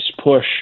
push